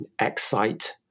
excite